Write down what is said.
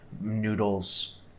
noodles